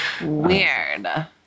Weird